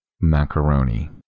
Macaroni